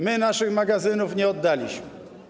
My naszych magazynów nie oddaliśmy.